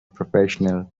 professional